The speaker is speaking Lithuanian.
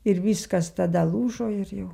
ir viskas tada lūžo ir jau